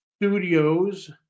Studios